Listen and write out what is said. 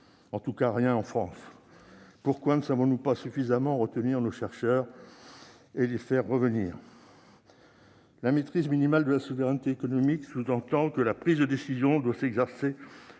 En tout cas, rien en France ! Pourquoi ne savons-nous pas suffisamment retenir nos chercheurs ou les faire revenir ? La maîtrise minimale de la souveraineté économique sous-entend que la prise de décision doit s'exercer